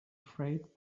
freight